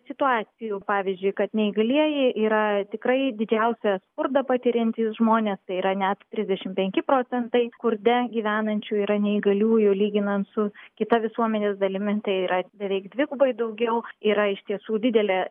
situacijų pavyzdžiui kad neįgalieji yra tikrai didžiausią skurdą patiriantys žmonės tai yra net trisdešimt penki procentai skurde gyvenančių yra neįgaliųjų lyginant su kita visuomenės dalimi tai yra beveik dvigubai daugiau yra iš tiesų didelė